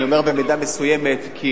אני אומר "במידה מסוימת", כי